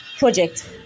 project